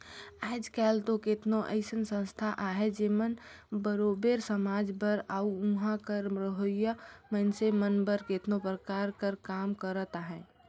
आएज काएल दो केतनो अइसन संस्था अहें जेमन बरोबेर समाज बर अउ उहां कर रहोइया मइनसे मन बर केतनो परकार कर काम करत अहें